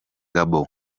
gabon